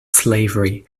slavery